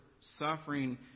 suffering